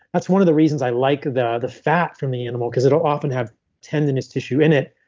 that's one of the reasons i like the the fat from the animal because it will often have tendinous tissue in it.